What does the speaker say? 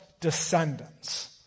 descendants